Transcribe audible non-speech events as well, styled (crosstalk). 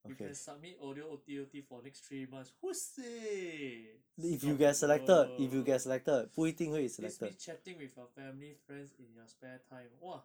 you can submit audio O_T_O_T for next three months !woo! seh song bo (breath) this means chatting with your family friends in your spare time !wah!